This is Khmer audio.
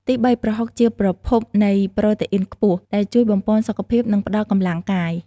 ទីបី ប្រហុកជាប្រភពនៃ ប្រូតេអ៊ីនខ្ពស់ ដែលជួយបំប៉នសុខភាព និងផ្តល់កម្លាំងកាយ។